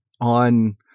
on